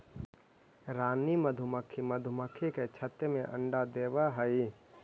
रानी मधुमक्खी मधुमक्खी के छत्ते में अंडा देवअ हई